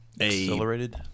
accelerated